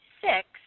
six